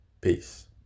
Peace